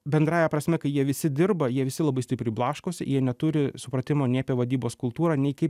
bendrąja prasme kai jie visi dirba jie visi labai stipriai blaškosi jie neturi supratimo nei apie vadybos kultūrą nei kaip